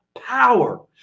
power